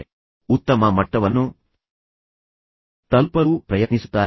ಅವರು ಉತ್ತಮ ಮಟ್ಟವನ್ನು ತಲುಪಲು ಪ್ರಯತ್ನಿಸುತ್ತಾರೆ